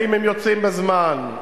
אם הם יוצאים בזמן,